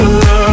love